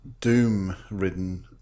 doom-ridden